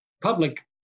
public